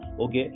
okay